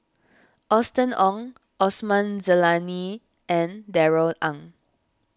Austen Ong Osman Zailani and Darrell Ang